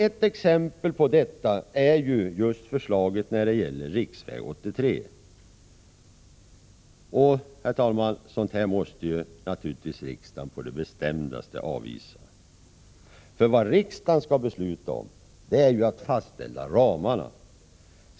Ett exempel på detta är ju just förslaget om riksväg 83. Herr talman! Sådant här måste riksdagen naturligtvis på det bestämdaste avvisa. Vad riksdagen skall besluta om är ju ramarna.